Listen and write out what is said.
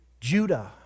Judah